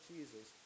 Jesus